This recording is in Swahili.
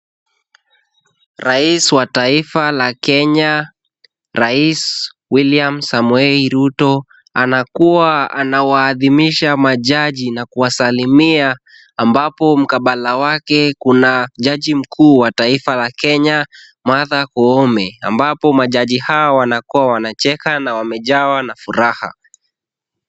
Rais wa taifa la Kenya rais William Samoei Ruto, anakuwa anawaadhimisha majaji na kuwasalimia, ambapo mkabala wake kuna jaji mkuu wa taifa la Kenya Martha Koome, ambapo majaji hawa wanakuwa wanacheka na wamejawa na furaha.